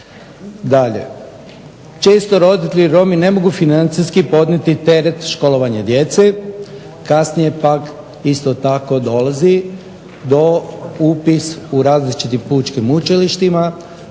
Dalje, često roditelji Romi ne mogu financijski podnijeti teret školovanja djece, kasnije pak isto tako dolazi do upisa u različitim pučkim učilištima